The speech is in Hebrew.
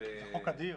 זה חוק אדיר.